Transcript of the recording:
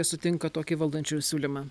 sutinka tokį valdančiųjų siūlymą